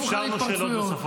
אבל תנו לנו לכבד אתכם,